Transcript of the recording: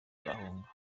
arahunga